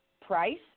price